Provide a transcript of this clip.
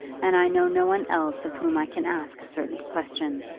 and i know no one else of whom i can ask a certain question,